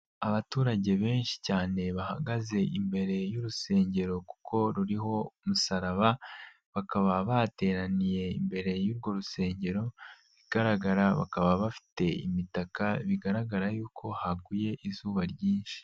Abaturage benshi cyane bahagaze imbere y'urusengero kuko ruriho umusaraba, bakaba bateraniye imbere y'urwo rusengero, ibigaragara bakaba bafite imitaka bigaragara yuko haguye izuba ryinshi.